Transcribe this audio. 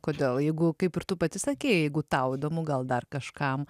kodėl jeigu kaip ir tu pati sakei jeigu tau įdomu gal dar kažkam